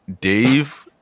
Dave